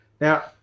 now